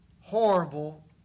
horrible